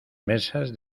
mesas